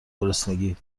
گرسنگی